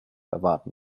erwarten